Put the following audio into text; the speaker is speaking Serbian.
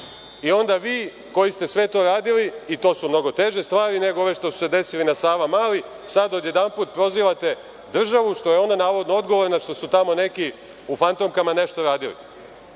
vi koji ste sve to radili, i to su mnogo teže stvari nego ove što su se desile na Savamali, sada odjednom prozivate državu što je ona navodno odgovorna što su tamo neki u fantomkama nešto radili.A